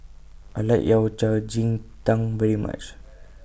I like Yao Cai Ji Tang very much